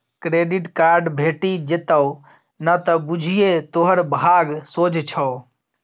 credit card भेटि जेतउ न त बुझिये तोहर भाग सोझ छौ